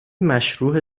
مشروح